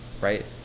right